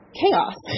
chaos